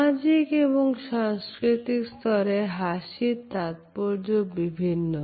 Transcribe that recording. সামাজিক এবং সাংস্কৃতিক স্তরে হাসির তাৎপর্য বিভিন্ন